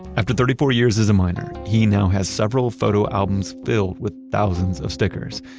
after thirty four years as a miner, he now has several photo albums filled with thousands of stickers.